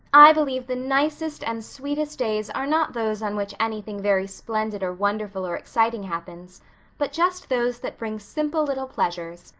i believe the nicest and sweetest days are not those on which anything very splendid or wonderful or exciting happens but just those that bring simple little pleasures,